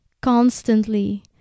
constantly